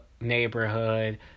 neighborhood